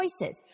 choices